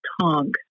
Tong